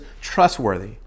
trustworthy